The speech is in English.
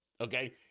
okay